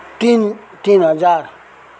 तिन तिन हजार